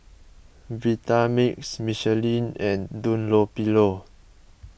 Vitamix Michelin and Dunlopillo